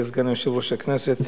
כסגן יושב-ראש הכנסת,